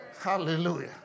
Hallelujah